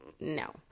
no